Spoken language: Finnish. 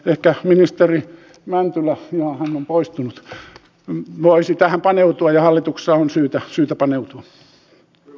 ehkä ministeri mäntylä jaa hän on poistunut voisi tähän paneutua ja hallituksessa on syytä paneutua